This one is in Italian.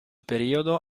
periodo